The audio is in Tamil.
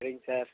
சரிங்க சார்